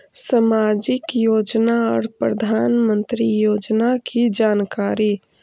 समाजिक योजना और प्रधानमंत्री योजना की जानकारी?